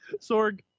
sorg